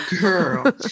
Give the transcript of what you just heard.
girl